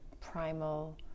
primal